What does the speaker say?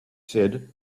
said